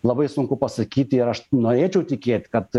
labai sunku pasakyti ir aš norėčiau tikėt kad